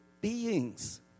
beings